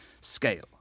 scale